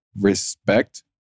respect